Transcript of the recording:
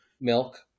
Milk